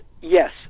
yes